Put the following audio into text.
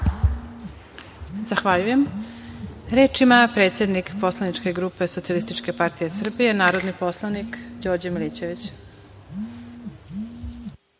Zahvaljujem. Reč ima predsednik poslaničke grupe Socijalističke partije Srbije, narodni poslanik Đorđe Milićević.